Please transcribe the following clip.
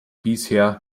bisher